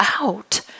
out